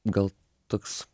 gal toks